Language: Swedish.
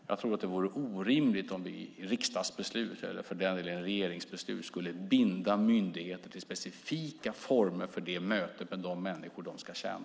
Jag tror att det vore orimligt om vi i riksdagsbeslut eller för den delen regeringsbeslut skulle binda myndigheter till specifika former för mötet med de människor de ska tjäna.